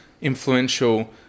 influential